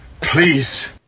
please